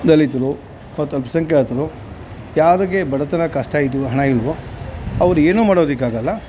ದಲಿತರು ಮತ್ತು ಅಲ್ಪ ಸಂಖ್ಯಾತರು ಯಾರಿಗೆ ಬಡತನ ಕಷ್ಟ ಇದೆಯೋ ಹಣ ಇಲ್ಲವೋ ಅವ್ರು ಏನೂ ಮಾಡೋದಕ್ಕಾಗಲ್ಲ